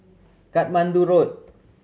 Katmandu Road